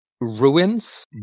ruins